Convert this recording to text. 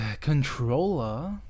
controller